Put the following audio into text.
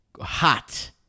hot